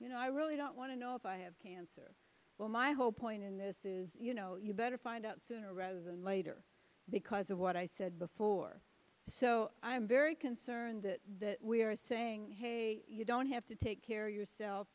you know i really don't want to know if i have cancer well my whole point in this is you know you better find out sooner rather than later because of what i said before so i'm very concerned that that we are saying hey you don't have to take care of yourself